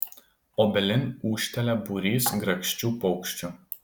obelin ūžtelia būrys grakščių paukščių